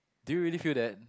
do you really feel that